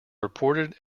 reported